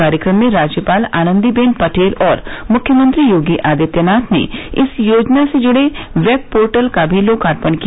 कार्यक्रम में राज्यपाल आनन्दी बेन पटेल और मुख्यमंत्री योगी आदित्यनाथ ने इस योजना से जुड़े वेब पोर्टल का भी लोकार्पण किया